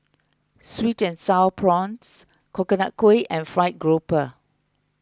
Sweet and Sour Prawns Coconut Kuih and Fried Grouper